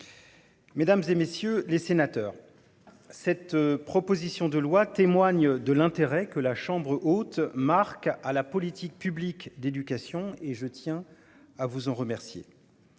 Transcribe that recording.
Mesdames, et messieurs les sénateurs. Cette proposition de loi témoigne de l'intérêt que la chambre haute Marc à la politique publique d'éducation et je tiens à vous en remercier.